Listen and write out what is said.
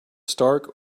stark